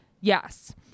Yes